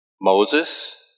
Moses